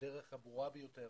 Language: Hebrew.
בצורה הברורה ביותר